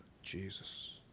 Jesus